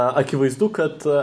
akivaizdu kad